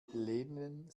lehnen